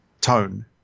tone